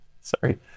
Sorry